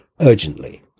urgently